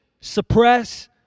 suppress